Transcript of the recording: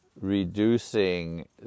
reducing